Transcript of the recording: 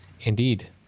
Indeed